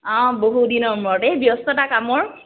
অঁ বহু দিনৰ মূৰত এই ব্যস্ততা কামৰ